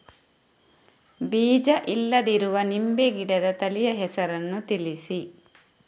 ಬೀಜ ಇಲ್ಲದಿರುವ ನಿಂಬೆ ಗಿಡದ ತಳಿಯ ಹೆಸರನ್ನು ತಿಳಿಸಿ?